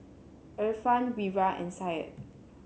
Irfan Wira and Syed